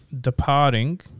Departing